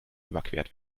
überquert